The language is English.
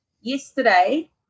yesterday